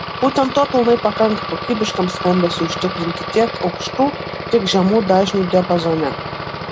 būtent to pilnai pakanka kokybiškam skambesiui užtikrinti tiek aukštų tiek žemų dažnių diapazone